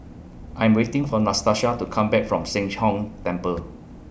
I'm waiting For Natasha to Come Back from Sheng Hong Temple